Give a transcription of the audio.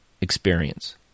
experience